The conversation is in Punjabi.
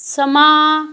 ਸਮਾਂ